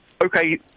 okay